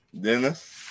Dennis